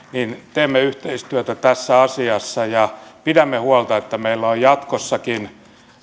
teemme yhteistyötä tässä asiassa ja pidämme huolta että meillä on jatkossakin